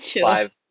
five